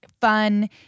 fun